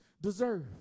deserve